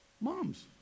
moms